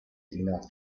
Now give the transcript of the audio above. enough